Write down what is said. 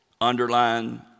Underline